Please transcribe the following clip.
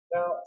Now